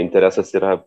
interesas yra